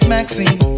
Maxine